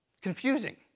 confusing